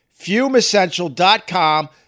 FumeEssential.com